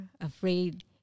afraid